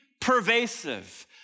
pervasive